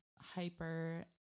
hyper